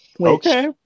Okay